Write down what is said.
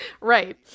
right